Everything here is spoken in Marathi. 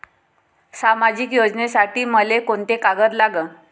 सामाजिक योजनेसाठी मले कोंते कागद लागन?